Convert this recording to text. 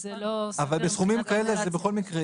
אבל בסכומים כאלה זה יהיה.